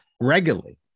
regularly